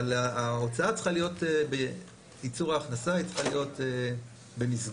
אבל ההוצאה בייצור הכנסה, היא צריכה להיות במסגרת